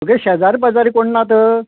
तुगे शेजार पाजारी कोण ना तर